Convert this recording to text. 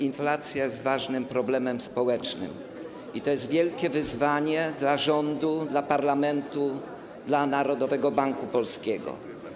Inflacja jest ważnym problemem społecznym i stanowi wielkie wyzwanie dla rządu, dla parlamentu, dla Narodowego Banku Polskiego.